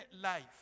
life